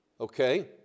Okay